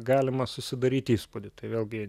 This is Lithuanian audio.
galima susidaryt įspūdį tai vėlgi